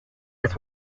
his